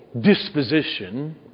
disposition